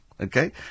Okay